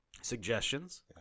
suggestions